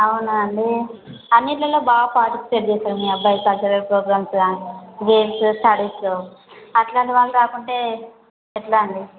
అవునా అండి అన్నిట్లల్లో బాగా పార్టిసిపేట్ చేస్తాడు మీ అబ్బాయి కల్చరల్ ప్రోగ్రామ్స్ కానీ గేమ్స్ స్టడీస్ అట్లాంటి వాళ్ళు రాకుంటే ఎట్లా అండి